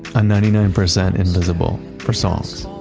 a ninety nine percent invisible for songs.